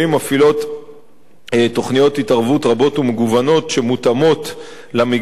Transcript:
תוכניות התערבות רבות ומגוונות שמותאמות למגזר הערבי,